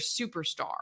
superstar